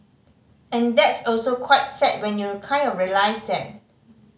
and that's also quite sad when you kind of realise that